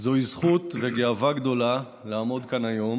אלה זכות וגאווה גדולה לעמוד כאן היום